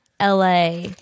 LA